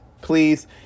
Please